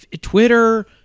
Twitter